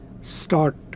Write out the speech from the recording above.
start